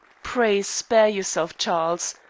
pray spare yourself, charles.